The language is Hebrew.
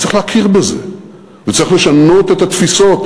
אז צריך להכיר בזה וצריך לשנות את התפיסות,